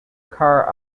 car